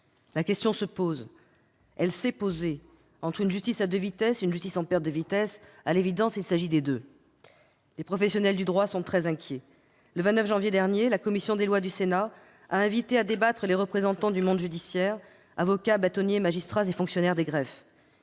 La question se pose. S'agit-il d'une justice à deux vitesses ou d'une justice en perte de vitesse ? À l'évidence, des deux. Les professionnels du droit sont très inquiets. Le 29 janvier dernier, la commission des lois du Sénat a invité à débattre les représentants du monde judiciaire : avocats, bâtonniers, magistrats et fonctionnaires des greffes.